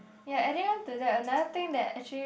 ya adding on to that another thing that actually